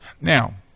now